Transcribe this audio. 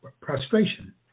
prostration